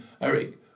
Eric